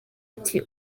ati